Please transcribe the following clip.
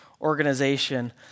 organization